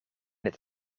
het